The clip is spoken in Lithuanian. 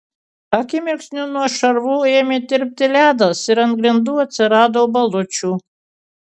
akimirksniu nuo šarvų ėmė tirpti ledas ir ant grindų atsirado balučių